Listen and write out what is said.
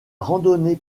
randonnée